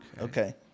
Okay